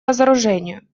разоружению